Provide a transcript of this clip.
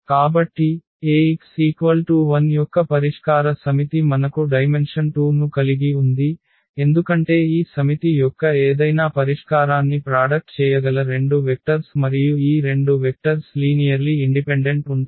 కాబట్టి Ax 0 యొక్క పరిష్కార సమితి మనకు డైమెన్షన్ 2 ను కలిగి ఉంది ఎందుకంటే ఈ సమితి యొక్క ఏదైనా పరిష్కారాన్ని ప్రాడక్ట్ చేయగల రెండు వెక్టర్స్ మరియు ఈ రెండు వెక్టర్స్ లీనియర్లి ఇండిపెండెంట్ ఉంటాయి